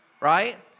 right